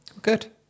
Good